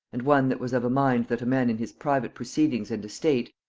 and one that was of a mind that a man in his private proceedings and estate,